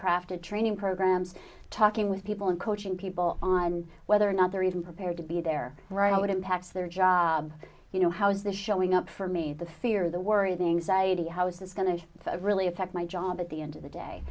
crafted training programs talking with people and coaching people on whether or not the reason prepared to be there right now what impacts their job you know how is the showing up for me the fear the worries anxiety how is this going to really affect my job at the end of the